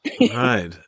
Right